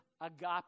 agape